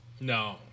No